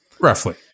Roughly